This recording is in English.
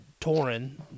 Torin